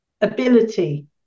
ability